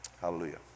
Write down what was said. hallelujah